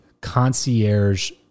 concierge